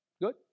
Good